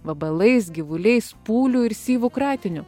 vabalais gyvuliais pūlių ir syvų kratiniu